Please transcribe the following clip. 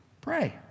Pray